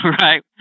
Right